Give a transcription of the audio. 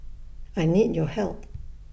I need your help